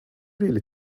really